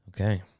Okay